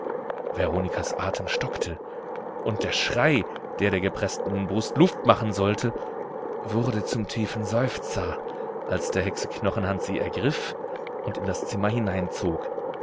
veronikas atem stockte und der schrei der der gepreßten brust luft machen sollte wurde zum tiefen seufzer als der hexe knochenhand sie ergriff und in das zimmer hineinzog